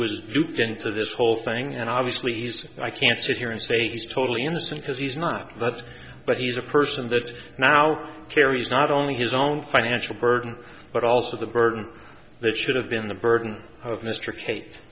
was duped into this whole thing and obviously he's i can't sit here and say he's totally innocent because he's not that's but he's a person that now carries not only his own financial burden but also the burden that should have been the burden of mr cate